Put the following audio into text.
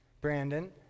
Brandon